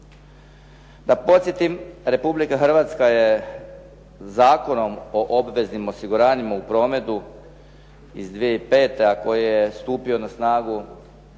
Da podsjetim, Republika Hrvatska je Zakonom o obveznim osiguranjima u prometu iz 2005. a koji je stupio na snagu 1.